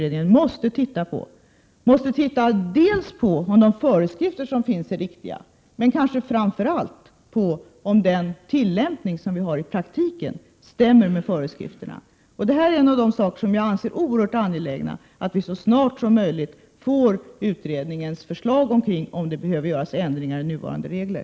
Den måste ta reda på dels om de föreskrifter som finns är riktiga, dels — och kanske framför allt — om den praktiska tillämpningen stämmer överens med föreskrifterna. Det är angeläget att vi så snart som möjligt får utredningens förslag så att vi får veta om det anses nödvändigt att göra ändringar i nuvarande regler.